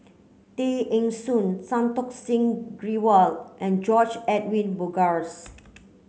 Tay Eng Soon Santokh Singh Grewal and George Edwin Bogaars